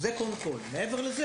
מעבר לכך,